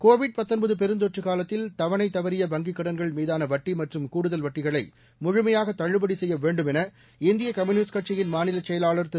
Covid பெருந்தொற்று காலத்தில் தவணை தவறிய வங்கிக் கடன்கள் மீதான வட்டி மற்றும் கூடுதல் வட்டிகளை முழுமையாக தள்ளுபடி செய்ய வேண்டும் என இந்திய கம்யூனிஸ்ட் கட்சியின் மாநிலச் செயலாளர் திரு